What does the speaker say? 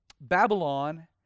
Babylon